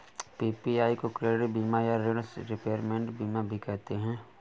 PPI को credit बीमा या ॠण रिपेयरमेंट बीमा भी कहते हैं